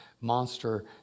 monster